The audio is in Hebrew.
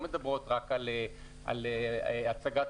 כולל הוראות רחבות הרבה יותר מאשר הוראות